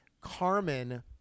Carmen